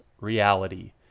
reality